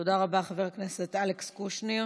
תודה רבה, חבר הכנסת אלכס קושניר.